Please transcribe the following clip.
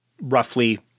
roughly